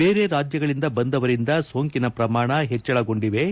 ಬೇರೆ ರಾಜ್ಯಗಳಿಂದ ಬಂದವರಿಂದ ಸೋಂಕಿನ ಪ್ರಮಾಣ ಹೆಚ್ಚಳಗೊಂಡಿವೆ